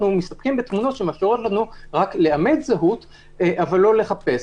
מסתפקים בתמונות שמאפשרות לנו רק לאמת זהות אבל לא לחפש.